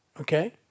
Okay